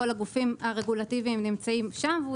כל הגופים הרגולטיביים נמצאים שם והוא